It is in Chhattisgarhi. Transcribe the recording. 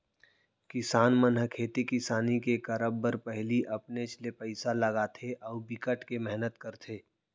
किसान मन ह खेती किसानी के करब बर पहिली अपनेच ले पइसा लगाथे अउ बिकट के मेहनत करथे